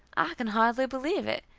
i can hardly believe it.